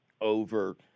over